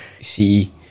see